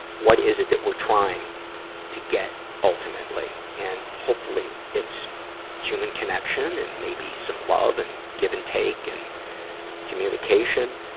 what is it that we're trying to get ultimately. and, hopefully, it's human connection and maybe some love and give and take and communication.